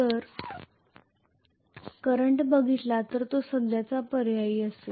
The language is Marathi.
जर करंट बघितला तर तो सध्याचा पर्याय असेल